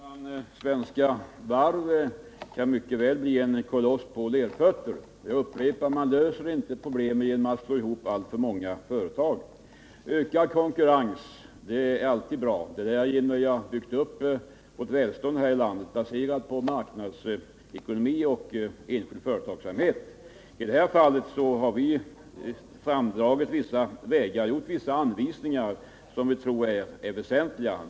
Herr talman! Svenska Varv kan mycket väl bli en koloss på lerfötter. Jag upprepar att man inte löser problem genom att slå ihop alltför många företag. Håra konkurrens är alltid bra. Det är därigenom vi har byggt upp välståndet här i landet — ett välstånd baserat på marknadsekonomi och enskild företagsamhet. I det nu aktuella fallet har vi anvisat vissa vägar som vi tror är väsentliga.